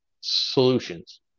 solutions